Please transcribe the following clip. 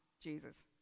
Jesus